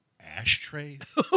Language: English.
ashtrays